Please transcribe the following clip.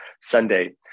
Sunday